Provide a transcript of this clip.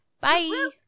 Bye